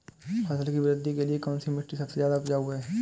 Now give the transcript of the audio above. फसल की वृद्धि के लिए कौनसी मिट्टी सबसे ज्यादा उपजाऊ है?